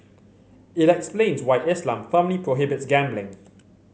it explains why Islam firmly prohibits gambling